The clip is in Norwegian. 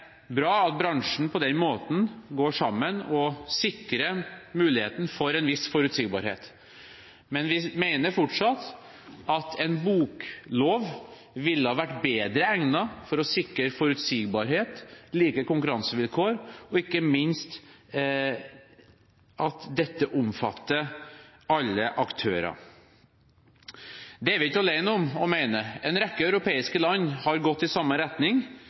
bra at bransjen på den måten går sammen og sikrer muligheten for en viss forutsigbarhet. Men vi mener fortsatt at en boklov ville vært bedre egnet for å sikre forutsigbarhet og like konkurransevilkår – og ikke minst at dette omfatter alle aktører. Det er vi ikke alene om å mene. En rekke europeiske land har gått i samme retning.